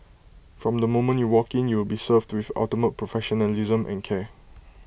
from the moment you walk in you will be served with ultimate professionalism and care